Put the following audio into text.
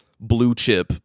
blue-chip